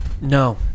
No